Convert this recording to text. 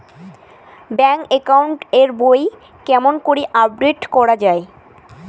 Bank account এর বই কেমন করি আপডেট করা য়ায়?